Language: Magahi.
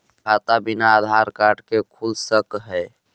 खाता बिना आधार कार्ड के खुल सक है?